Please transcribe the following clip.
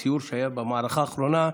בסיור שהיה במערכה האחרונה,